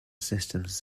systems